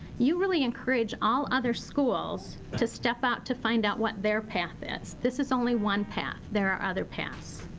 you really encourage all other schools to step out to find out what their path is. this is only one path, there are other paths.